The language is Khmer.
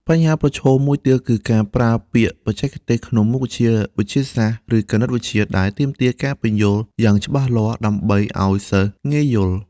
បញ្ហាប្រឈមមួយទៀតគឺការប្រើពាក្យបច្ចេកទេសក្នុងមុខវិជ្ជាវិទ្យាសាស្ត្រ ឬគណិតវិទ្យាដែលទាមទារការពន្យល់យ៉ាងច្បាស់លាស់ដើម្បីឱ្យសិស្សងាយយល់។